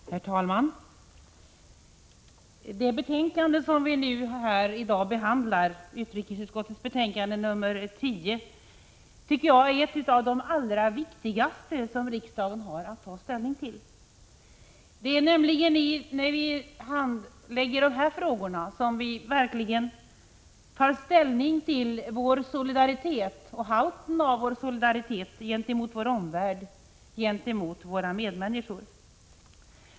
Herr talman! Det betänkande som vi behandlar i dag, utrikesutskottets betänkande nr 10, tycker jag är ett av de allra viktigaste betänkanden som riksdagen har att ta ställning till. Det är nämligen när vi handlägger de här frågorna som vi verkligen tar ställning till halten av vår solidaritet gentemot vår omvärld och gentemot våra medmänniskor.